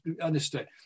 understood